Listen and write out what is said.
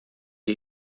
you